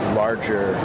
larger